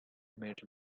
made